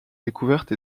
découverte